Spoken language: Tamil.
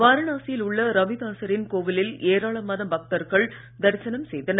வாரணாசியில் உள்ள ரவிதாசர் கோவிலில் ஏராளமான பக்தர்கள் தரிசனம் செய்தனர்